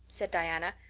said diana.